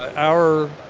our